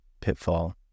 pitfall